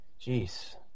jeez